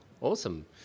Awesome